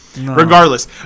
Regardless